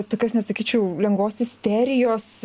tokios nesakyčiau lengvos isterijos